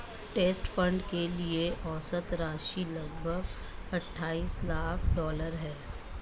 trust fund के लिए औसत राशि लगभग अट्ठाईस लाख डॉलर है